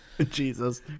Jesus